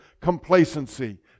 complacency